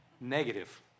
Negative